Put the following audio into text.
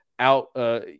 out